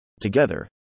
Together